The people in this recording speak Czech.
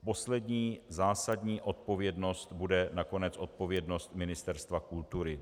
Poslední zásadní odpovědnost bude nakonec odpovědnost Ministerstva kultury.